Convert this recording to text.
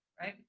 right